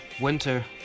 winter